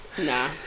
Nah